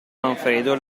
manfredo